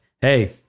hey